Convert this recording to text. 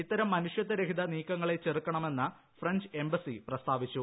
ഇത്തരം മനുഷ്യത്വരഹിത നീക്കങ്ങളെ ചെറുക്കണമെന്ന് ഫ്രഞ്ച് എംബസി പ്രസ്താവിച്ചു